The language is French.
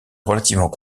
relativement